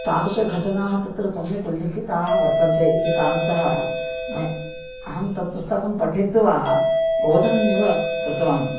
तादृशाः घटनाः तत्र सम्यक् उल्लिखिताः वर्तन्ते इति कारणतः मया अहं तत् पुस्तकं पठित्वा रोदनमेव कृतवान्